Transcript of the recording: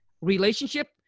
relationship